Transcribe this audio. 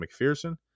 McPherson